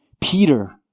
Peter